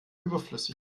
überflüssig